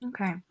Okay